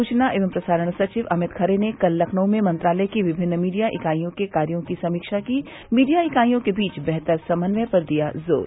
सूचना एवं प्रसारण सचिव अमित खरे ने कल लखनऊ में मंत्रालय की विभिन्न मीडिया इकाईयों के कार्यो की समीक्षा की मीडिया इकाईयों के बीच बेहतर समन्वय पर दिया जोर